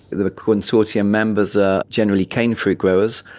the consortium members are generally cane fruit growers.